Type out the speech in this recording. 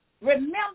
Remember